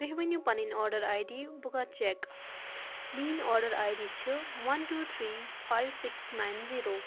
تُہۍ ؤنِو پَنٕنۍ آرڈَر آیۍ ڈی بہٕ کَرٕ چیٚک میٛٲنۍ آرڈَر آیۍ ڈی چھِ one two three five six nine zero